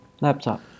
laptop